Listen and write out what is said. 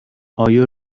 آیا